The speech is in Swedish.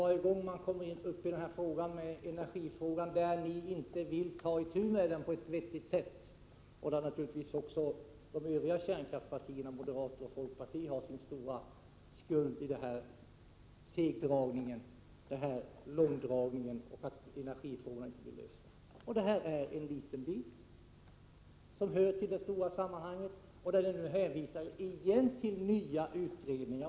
Varje gång energifrågan tas upp ser man att socialdemokraterna inte vill ta itu med den på ett vettigt sätt. De andra kärnkraftspartierna, moderata samlingspartiet och folkpartiet, är naturligtvis också skyldiga till långdragningen av energifrågan så att den inte har kunnat lösas. Det här är en liten bit som hör till det stora sammanhanget, där det återigen hänvisas till nya utredningar.